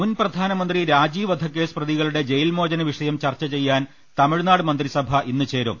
മുൻപ്രധാനമന്ത്രി രാജീവ് വധക്കേസ് പ്രതികളുടെ ജയിൽമോചന വിഷയം ചർച്ചചെയ്യാൻ തമിഴ്നാട് മന്ത്രിസഭ ഇന്ന് ചേരും